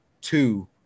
two